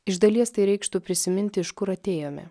iš dalies tai reikštų prisiminti iš kur atėjome